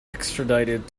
extradited